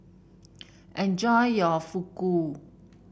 enjoy your Fugu